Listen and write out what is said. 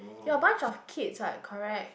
we are a bunch of kids right correct